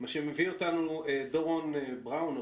זה מביא אותנו לדורון בראון,